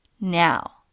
Now